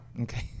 Okay